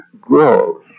grows